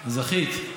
זכית.